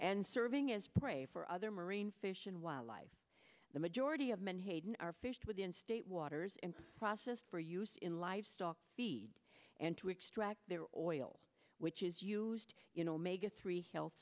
and serving as prey for other marine fish and wildlife the majority of menhaden are fished with in state waters and processed for use in livestock feed and to extract their oil which is used you know may get three health